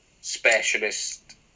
specialist